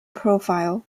profile